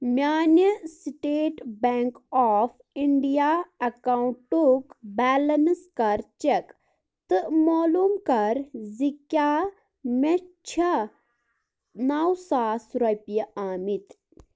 میٛانہِ state bank of India اٮ۪کاوُنٛٹُک balance کَر چَک تہٕ معلوٗم کَر زِ کیٛاہ مےٚ چھےٚ نَو ساس رۄپیہِ آمِتۍ